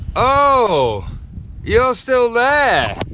oh you are still there!